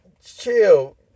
chill